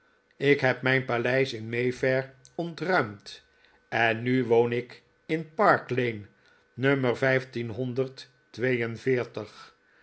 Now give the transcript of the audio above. ik heb mijn paleis in mayfair ontruimd en nu woon ik in parklane nummer